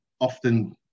often